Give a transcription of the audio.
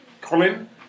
Colin